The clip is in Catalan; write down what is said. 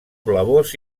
blavós